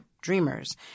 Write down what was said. dreamers